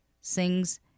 sings